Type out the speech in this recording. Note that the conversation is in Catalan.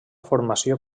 formació